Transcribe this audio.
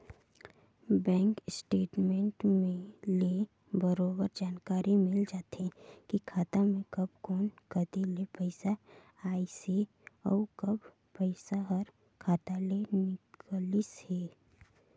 bank statement ले बरोबर जानकारी मिल जाथे की खाता मे कब कोन कति ले पइसा आइसे अउ कब पइसा हर खाता ले निकलिसे